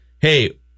hey